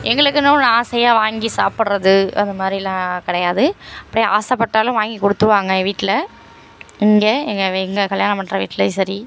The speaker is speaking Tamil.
எங்களுக்குன்னு ஒன்னும் ஆசையாக வாங்கி சாப்பிட்றது அந்த மாதிரிலாம் கிடையாது அப்படியே ஆசைப்பட்டாலும் வாங்கிக் கொடுத்துருவாங்க என் வீட்டில் இங்கே எங்கள் எங்கள் கல்யாணம் பண்ணுற வீட்டிலையும் சரி